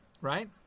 right